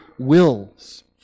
wills